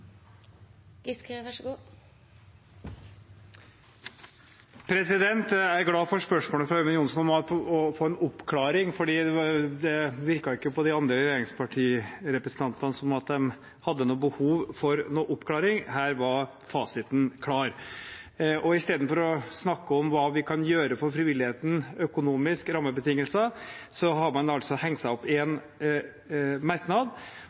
glad for spørsmålet fra Ørmen Johnsen om å få en oppklaring, for det virket ikke på de andre regjeringspartirepresentantene som at de hadde noe behov for noen oppklaring. Her var fasiten klar. Istedenfor å snakke om hva vi kan gjøre for frivillighetens økonomiske rammebetingelser, har man hengt seg opp i en merknad